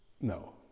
No